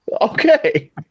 Okay